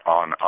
on